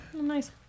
Nice